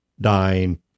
dying